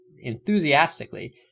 enthusiastically